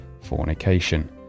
fornication